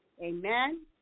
Amen